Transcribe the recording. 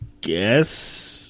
guess